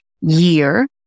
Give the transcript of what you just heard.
year